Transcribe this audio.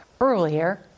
earlier